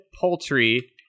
poultry